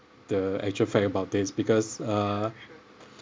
the actual fact about this because uh